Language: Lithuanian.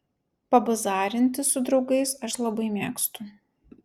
pabazarinti su draugais aš labai mėgstu